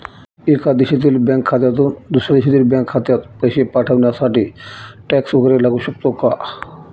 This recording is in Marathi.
एका देशातील बँक खात्यातून दुसऱ्या देशातील बँक खात्यात पैसे पाठवण्यासाठी टॅक्स वैगरे लागू शकतो का?